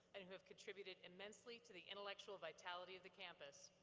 and who have contributed immensely to the intellectual vitality of the campus.